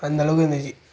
அந்தளவுக்கு இருந்துச்சு